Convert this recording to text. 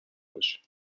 باشیم